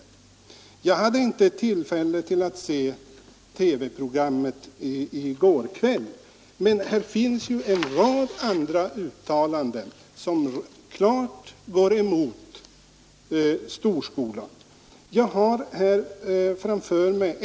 95 Jag hade inte tillfälle att se TV-programmet i går kväll, men det finns ju en rad andra uttalanden som klart går emot storskolan.